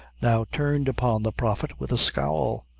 now turned upon the prophet with a scowl.